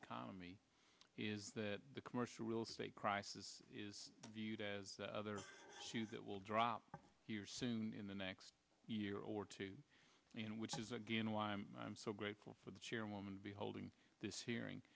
economy is that the commercial real estate crisis is viewed as other issues that will drop here soon in the next year or two and which is again why i am so grateful for the chairwoman be holding this hearing